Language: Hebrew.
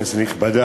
כנסת נכבדה,